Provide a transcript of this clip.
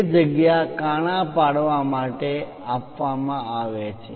તે જગ્યા કાણા પાડવા માટે આપવામાં આવે છે